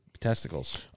testicles